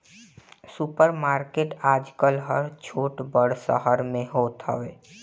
super market आजकल हर छोट बड़ शहर में होत हवे